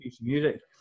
music